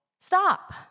Stop